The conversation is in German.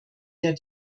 der